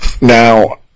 Now